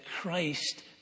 Christ